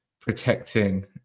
protecting